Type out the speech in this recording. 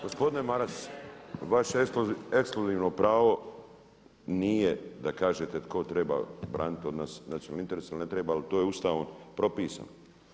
Gospodine Maras, vaše ekskluzivno pravo nije da kažete tko treba braniti od nas nacionalne interese, ili ne treba, ali to je Ustavnom propisano.